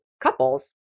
couples